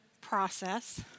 process